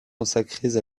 consacrées